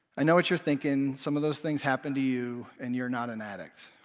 i know what you're thinking some of those things happened to you, and you're not an addict.